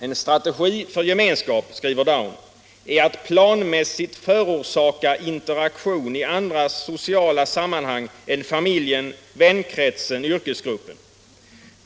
En strategi för gemenskap, skriver Daun, är att planmässigt förorsaka interaktion i andra sociala sammanhang än familjen, vänkretsen, yrkesgruppen.